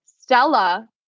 Stella